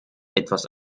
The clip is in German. etwas